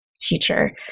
teacher